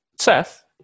Seth